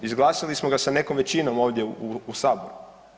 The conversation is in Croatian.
Izglasali smo ga sa nekom većinom ovdje u Saboru.